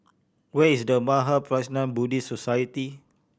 where is The Mahaprajna Buddhist Society